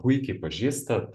puikiai pažįstat